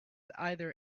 either